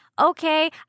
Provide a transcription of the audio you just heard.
okay